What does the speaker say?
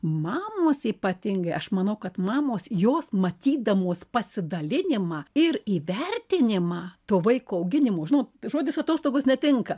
mamos ypatingai aš manau kad mamos jos matydamos pasidalinimą ir įvertinimą to vaiko auginimo žinot žodis atostogos netinka